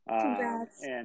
Congrats